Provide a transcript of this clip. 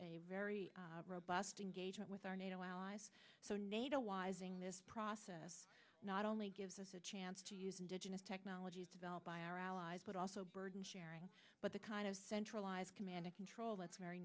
a very robust engagement with our nato allies so nato wising this process not only gives us a chance to use indigenous technologies developed by our allies but also burden sharing but the kind of centralized command and control that's very